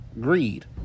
greed